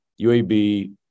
UAB